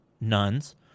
nuns